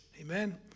Amen